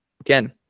again